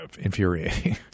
infuriating